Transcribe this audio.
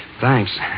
thanks